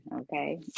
okay